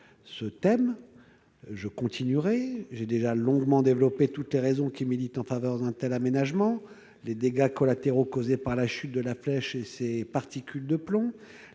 cette question. J'ai déjà longuement développé toutes les raisons qui militent en faveur d'un tel aménagement : les dégâts collatéraux causés par la chute de la flèche et ses particules de plomb,